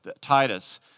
Titus